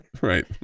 Right